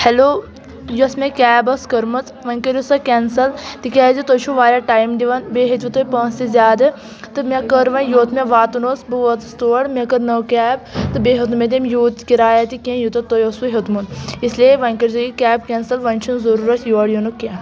hello یۅس مےٚ cab ٲس کٔرمٕژ وۅنۍ کٔرِو سۄ کینسَل تِکیٛازِ تُہۍ چھِو واریاہ ٹایم دِوان بیٚیہِ ہیٚتِو تۄہہِ پۅنٛسہٕ تہِ زیادٕ تہٕ مےٚ کٔر وۅنۍ یوٚت مےٚ واتُن اوس بہٕ وٲژٕس تور مےٚ کٔڈ نٔو کیب تہٕ بیٚیہِ ہیٚوت نہٕ مےٚ تٔمۍ یوٗت کِرایا تہِ کیٚنٛہہ یوٗتاہ تۄہہِ اوسوٕ ہیوٚتمُت اسلیے وۅنۍ کٔرۍزیٚو یہِ کیب کینسل وۅنۍ چھُ نہٕ ضروٗرت یور یِنُک کیٚنٛہہ